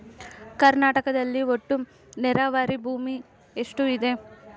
ಕರ್ನಾಟಕದಲ್ಲಿ ಒಟ್ಟು ನೇರಾವರಿ ಭೂಮಿ ಎಷ್ಟು ಇದೆ?